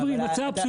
חברים, הצעה פשוטה.